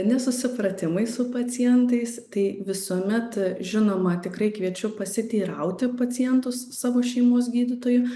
nesusipratimai su pacientais tai visuomet žinoma tikrai kviečiu pasiteirauti pacientus savo šeimos gydytojų